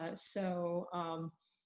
ah so um